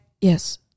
yes